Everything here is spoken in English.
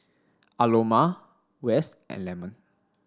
Aloma Wes and Lemon